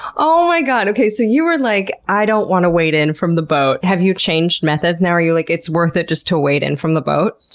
oh my god, okay, so you were like, i don't want to wade in from the boat, have you changed methods? are you like, it's worth it just to wade in from the boat?